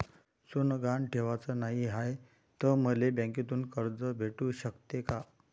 सोनं गहान ठेवाच नाही हाय, त मले बँकेतून कर्ज भेटू शकते का?